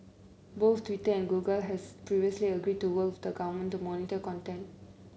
both Twitter and Google has previously agreed to work with the government to monitor content